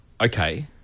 Okay